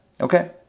Okay